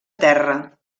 terra